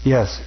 Yes